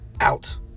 out